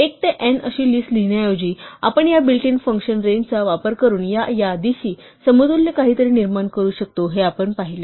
1 ते n अशी list लिहिण्याऐवजी आपण या बिल्ट इन फंक्शन रेंजचा वापर करून या यादीशी समतुल्य काहीतरी निर्माण करू शकतो हे आपण पाहिले